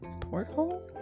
porthole